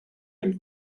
and